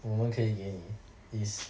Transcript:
我们可以给你 is